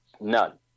None